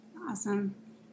Awesome